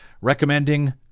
recommending